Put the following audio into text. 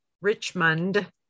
Richmond